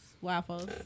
Waffles